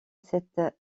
cette